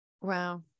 Wow